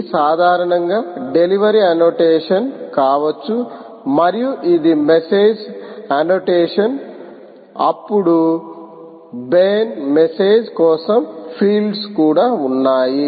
ఇవి సాధారణంగా delivery annotation కావచ్చు మరియు ఇది మెసేజ్ అన్నోటేషన్ అప్పుడు బేర్ మెసేజ్ కోసం ఫీల్డ్స్ కూడా ఉన్నాయి